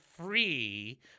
free